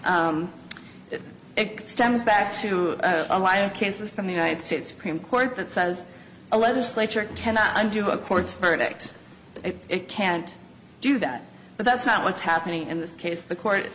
it stems back to a line of cases from the united states supreme court that says a legislature cannot undo a court's verdict if it can't do that but that's not what's happening in this case the court